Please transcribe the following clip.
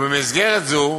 ובמסגרת זו